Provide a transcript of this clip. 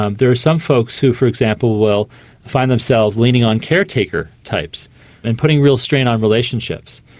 um there are some folks who, for example, will find themselves leaning on caretaker types and putting real strain on relationships.